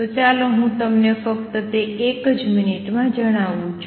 તો ચાલો હું તમને ફક્ત તે એક મિનિટમાં જ જણાવું છું